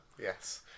yes